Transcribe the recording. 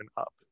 up